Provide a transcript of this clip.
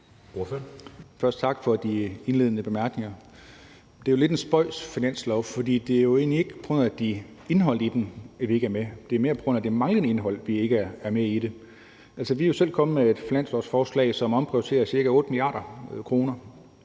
sige tak for de indledende bemærkninger. Det er lidt en spøjs finanslov, for det er jo egentlig ikke på grund af indholdet i den, at vi ikke er med – det er mere på grund af det manglende indhold, at vi ikke er med i den. Altså, vi er jo selv kommet med et finanslovsforslag, som omprioriterer ca. 8 mia. kr.,